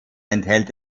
enthält